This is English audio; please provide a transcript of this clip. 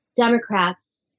Democrats